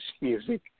Music